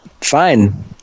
Fine